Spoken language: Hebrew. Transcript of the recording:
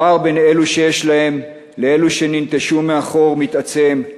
הפער בין אלו שיש להם לאלה שננטשו מאחור מתעצם,